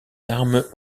armes